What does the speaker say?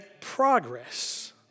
progress